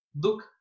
look